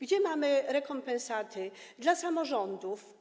Gdzie mamy rekompensaty dla samorządów?